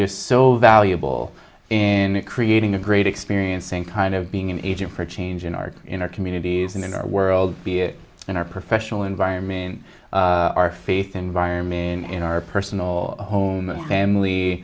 just so valuable in creating a great experience in kind of being an agent for change in our in our communities and in our world be it in our professional environment in our faith environment in our personal home family